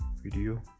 video